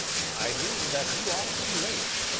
i mean that you are too late.